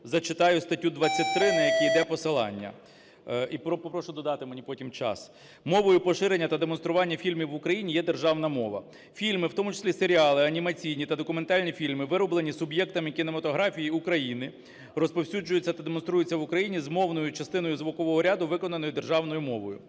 зачитаю статтю 23, на яку йде посилання. І попрошу додати мені потім час. "Мовою поширення та демонструванням фільмів в Україні є державна мова. Фільми, в тому числі серіали, анімаційні та документальні фільми, вироблені суб'єктами кінематографії України, розповсюджуються та демонструються в Україні з мовною частиною звукового ряду, виконаною державною мовою.